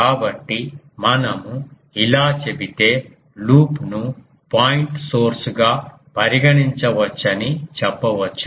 కాబట్టి మనము ఇలా చెబితే లూప్ను పాయింట్ సోర్స్గా పరిగణించవచ్చని చెప్పవచ్చు